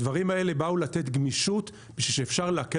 הדברים האלה באו לתת גמישות שאפשר להקל